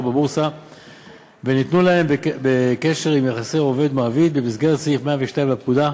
בבורסה וניתנו להם בקשר עם יחסי עובד מעביד במסגרת סעיף 102 לפקודה,